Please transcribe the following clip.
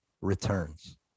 returns